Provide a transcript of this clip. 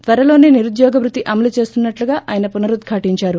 త్వరలోస నిరుద్యోగ భృతి అమలు చేస్తున్నట్లు పునరుద్దాటించారు